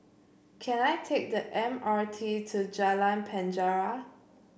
can I take the M R T to Jalan Penjara